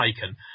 taken